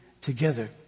together